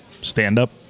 stand-up